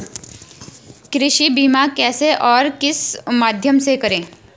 कृषि बीमा कैसे और किस माध्यम से करें?